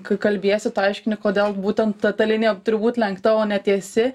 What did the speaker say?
kai kalbiesi tu aiškini kodėl būtent ta linija turi būt lenkta o ne tiesi